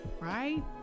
right